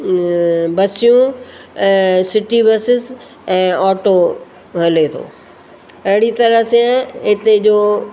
बसियूं ऐं सिटी बसीस ऐं ऑटो हले थो अहिड़ी तरह सां हिते जो